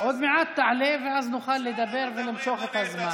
עוד מעט תעלה ואז נוכל לדבר ולמשוך את הזמן.